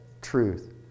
truth